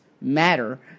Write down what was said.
matter